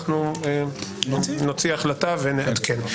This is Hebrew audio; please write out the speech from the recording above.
אנחנו נוציא החלטה ונעדכן.